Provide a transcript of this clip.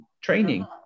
training